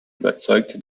überzeugt